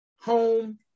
home